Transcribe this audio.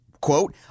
quote